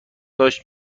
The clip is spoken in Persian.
داشت